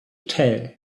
tell